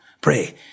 Pray